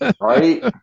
Right